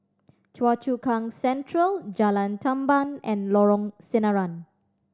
Choa Chu Kang Central Jalan Tamban and Lorong Sinaran